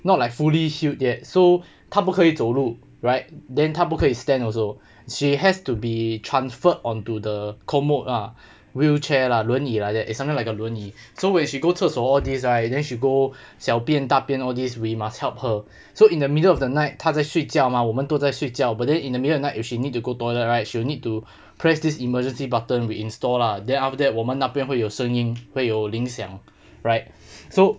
not like fully healed yet so 他不可以走路 right then 她不可以 stand also she has to be transferred onto the commute ah wheelchair lah 轮椅 like that it's something like a 轮椅 so when she go 厕所 all these I then she go 小便大便 all this we must help her so in the middle of the night 他在睡觉吗我们都在睡觉 but then in the middle of night if she need to go toilet right she will need to press this emergency button we install lah then after that 我们那边会有声音会有铃响 right so